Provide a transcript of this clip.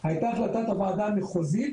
הייתה החלטת הוועדה המחוזית